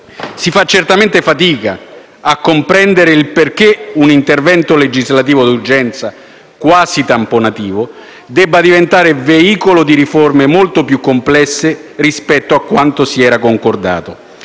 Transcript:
si fa certamente più fatica a comprendere perché un intervento legislativo di urgenza - quasi tamponativo - debba diventare veicolo di riforme molto più complesse rispetto a quanto concordato.